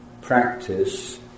practice